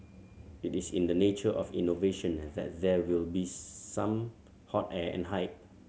it is in the nature of innovation and that there will be some hot air and hype